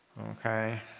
Okay